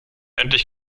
endlich